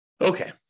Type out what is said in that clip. Okay